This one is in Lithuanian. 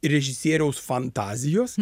režisieriaus fantazijos